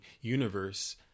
universe